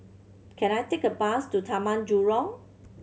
can I take a bus to Taman Jurong